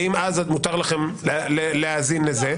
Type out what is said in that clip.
האם אז מותר לכם להאזין לזה?